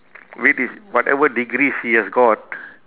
with his whatever degrees he has got